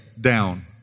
down